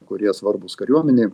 kurie svarbūs kariuomenei